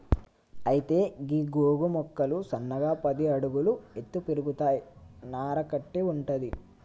అయితే గీ గోగు మొక్కలు సన్నగా పది అడుగుల ఎత్తు పెరుగుతాయి నార కట్టి వుంటది